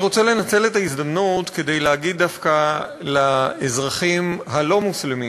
אני רוצה לנצל את ההזדמנות כדי להגיד דווקא לאזרחים הלא-מוסלמים